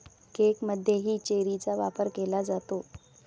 केकमध्येही चेरीचा वापर केला जातो